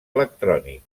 electrònic